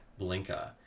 Blinka